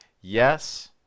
yes